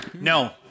No